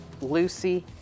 Lucy